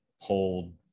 hold